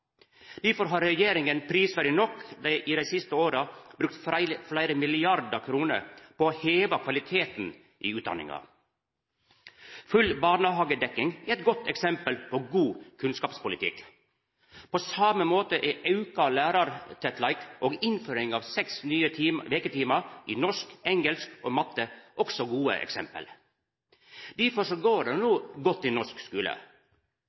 Difor har regjeringa prisverdig nok dei siste åra brukt fleire milliardar kroner på å heva kvaliteten på utdanninga. Full barnehagedekning er eit godt eksempel på god kunnskapspolitikk. På same måte er auka lærartettleik og innføringa av seks nye veketimar i norsk, engelsk og matte også gode eksempel. Difor går det no godt i